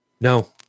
No